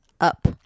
up